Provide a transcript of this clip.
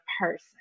person